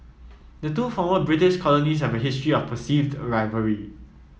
the two former British colonies have a history of perceived rivalry